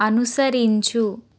అనుసరించు